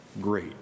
great